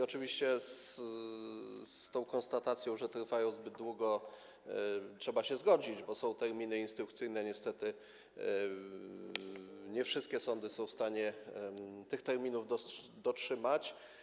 Oczywiście z tą konstatacją, że trwają zbyt długo, trzeba się zgodzić, bo są terminy instrukcyjne, ale niestety nie wszystkie sądy są w stanie tych terminów dotrzymać.